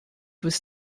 was